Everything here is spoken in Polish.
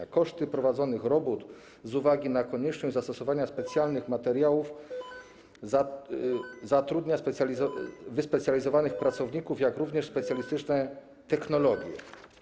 Chodzi o koszty prowadzonych robót z uwagi na konieczność zastosowania specjalnych materiałów, zatrudnianie wyspecjalizowanych pracowników, jak również specjalistyczne technologie.